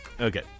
Okay